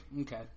okay